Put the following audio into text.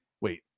Wait